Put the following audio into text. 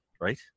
right